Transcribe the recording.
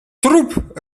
troep